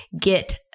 get